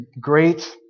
great